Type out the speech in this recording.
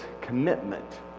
commitment